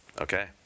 Okay